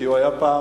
כי הוא היה פעם,